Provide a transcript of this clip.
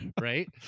Right